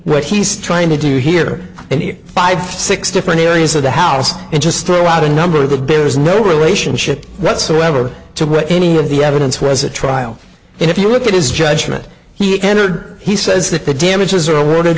what he's trying to do here and five six different areas of the house and just throw out a number of the bears no relationship whatsoever to where any of the evidence was a trial and if you look at his judgment he entered he says that the damages